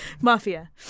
mafia